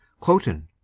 cloten,